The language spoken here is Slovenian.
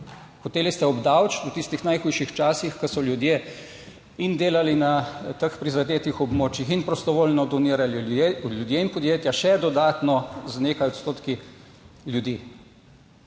Hoteli ste obdavčiti v tistih najhujših časih, ko so ljudje in delali na teh prizadetih območjih in prostovoljno donirali ljudje in podjetja še dodatno z nekaj odstotki ljudi.